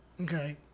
Okay